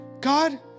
God